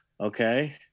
okay